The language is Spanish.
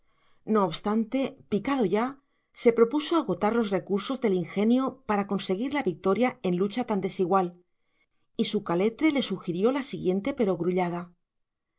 no obstante picado ya se propuso agotar los recursos del ingenio para conseguir la victoria en lucha tan desigual y su caletre le sugirió la siguiente